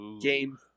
Game